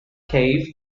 cave